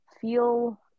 feel